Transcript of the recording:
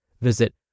Visit